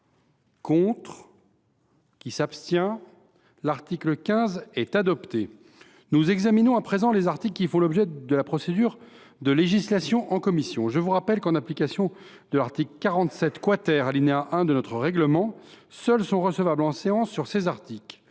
mets aux voix l’article 15, modifié. Nous examinons à présent les articles qui font l’objet de la procédure de législation en commission. Je vous rappelle que, en application de l’article 47, alinéa 1, de notre règlement, seuls sont recevables en séance sur ces articles